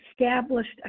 established